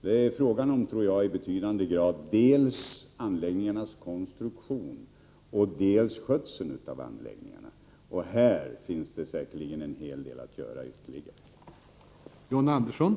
Jag tror att det i betydande grad är fråga om dels anläggningarnas konstruktion, dels skötseln av anläggningarna. På dessa områden finns det säkerligen ytterligare en hel del att göra.